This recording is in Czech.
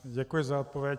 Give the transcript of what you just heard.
Děkuji za odpověď.